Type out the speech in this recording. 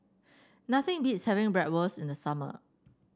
nothing beats having Bratwurst in the summer